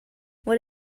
what